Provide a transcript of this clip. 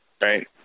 right